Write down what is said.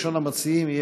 ראשון המציעים,